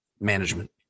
management